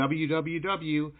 www